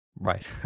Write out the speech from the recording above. Right